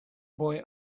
boy